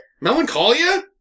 Melancholia